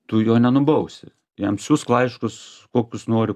tu jo nenubausi jam siųsk laiškus kokius nori